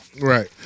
Right